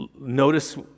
notice